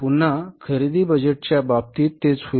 पुन्हा खरेदी बजेटच्या बाबतीतही तेच होईल